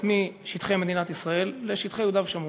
משטחי מדינת ישראל לשטחי יהודה ושומרון.